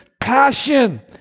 passion